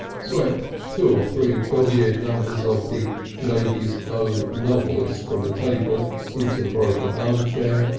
swept two or three dogs'-eared numbers of the lady's own novelist from the table into the broken armchair,